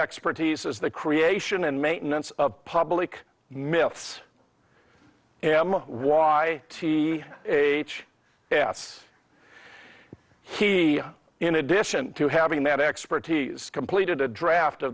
expertise as the creation and maintenance of public myths m y t h s he in addition to having that expertise completed a draft o